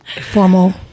formal